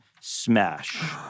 smash